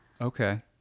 Okay